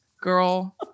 girl